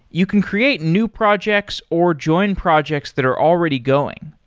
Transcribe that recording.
you can create new projects or join projects that are already going.